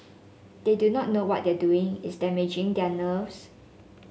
they do not know what they are doing is damaging their nerves